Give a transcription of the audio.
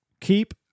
Keep